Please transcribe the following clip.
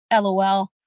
lol